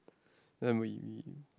then we we like